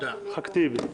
חבר הכנסת טיבי.